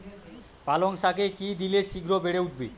পালং শাকে কি দিলে শিঘ্র বেড়ে উঠবে?